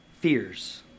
fears